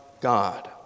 God